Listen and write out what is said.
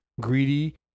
greedy